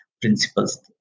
principles